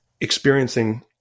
experiencing